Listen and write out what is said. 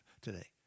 today